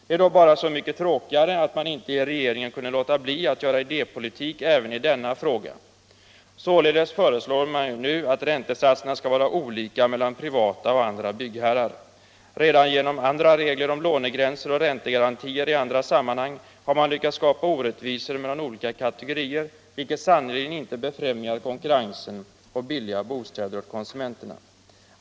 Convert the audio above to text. Det är då bara så mycket tråkigare att man inte i regeringen kunde låta bli att göra idépolitik även i denna fråga. Således föreslår man nu att räntesatserna skall vara olika mellan privata och andra byggherrar. Redan genom andra regler om lånegränser och räntegarantier i andra sammanhang har man lyckats skapa orättvisor mellan olika kategorier, vilket sannerligen inte befrämjar konkurrensen eller möjligheten för konsumenterna att få billiga bostäder.